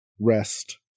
Rest